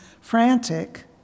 frantic